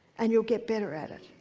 and you'll get better at it.